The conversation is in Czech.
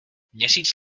měsíc